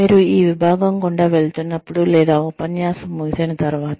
మీరు ఈ విభాగం గుండా వెళుతున్నప్పుడు లేదా ఉపన్యాసం ముగిసిన తర్వాత